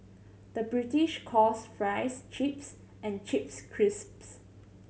the British calls fries chips and chips crisps